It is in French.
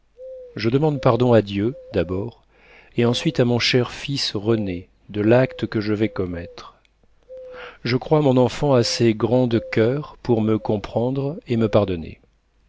je demande pardon à dieu d'abord et ensuite à mon cher fils rené de l'acte que je vais commettre je crois mon enfant assez grand de coeur pour me comprendre et me pardonner